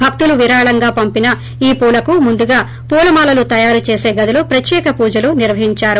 భక్తులు విరాళంగా పంపిస్తు ఈ పూలకు ముందుగా పూలమాలలు తయారు చేసే గదిలో ప్రత్యేక పూజలు నిర్వహించారు